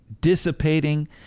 dissipating